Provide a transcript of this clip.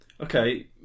Okay